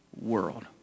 world